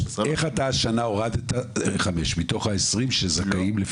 איך אתה השנה הורדת חמישה מתוך 20 שזכאים?